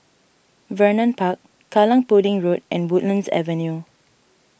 Vernon Park Kallang Pudding Road and Woodlands Avenue